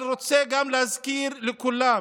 אבל אני רוצה גם להזכיר לכולם